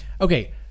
Okay